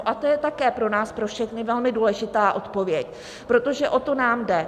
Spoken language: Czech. A to je také pro nás pro všechny velmi důležitá odpověď, protože o to nám jde.